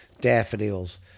Daffodils